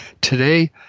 today